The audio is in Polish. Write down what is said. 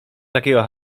takiego